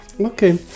okay